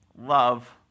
love